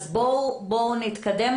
אז בואו נתקדם.